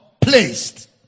placed